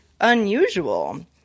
unusual